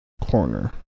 Corner